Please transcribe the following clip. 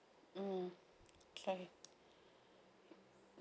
mm okay